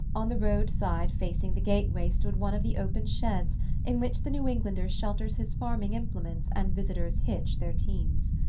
on the road-side facing the gateway stood one of the open sheds in which the new englander shelters his farming implements and visitors hitch their teams.